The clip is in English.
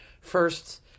first